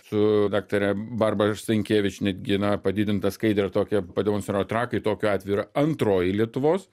su daktare barba sinkevič netgi na padidintą skaidrę tokią pademonstravo trakai tokiu atveju yra antroji lietuvos